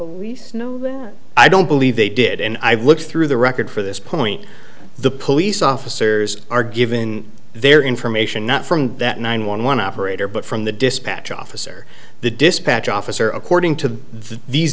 no i don't believe they did and i've looked through the record for this point the police officers are given their information not from that nine one one operator but from the dispatch officer the dispatch officer according to these